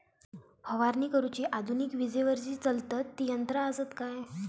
फवारणी करुची आधुनिक विजेवरती चलतत ती यंत्रा आसत काय?